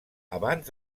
abans